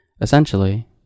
Essentially